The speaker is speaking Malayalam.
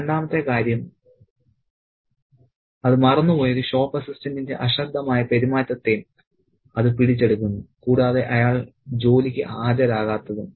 രണ്ടാമത്തെ കാര്യം അത് മറന്ന് പോയ ഒരു ഷോപ്പ് അസിസ്റ്റന്റിന്റെ അശ്രദ്ധമായ പെരുമാറ്റത്തെയും അത് പിടിച്ചെടുക്കുന്നു കൂടാതെ അയാൾ ജോലിക്ക് ഹാജരാകാത്തതും